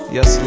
Yes